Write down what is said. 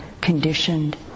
conditioned